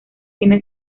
tiene